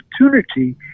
opportunity